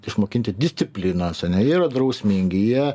išmokinti disciplinos ane jie yra drausmingi jie